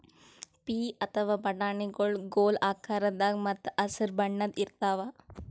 ಪೀ ಅಥವಾ ಬಟಾಣಿಗೊಳ್ ಗೋಲ್ ಆಕಾರದಾಗ ಮತ್ತ್ ಹಸರ್ ಬಣ್ಣದ್ ಇರ್ತಾವ